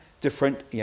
different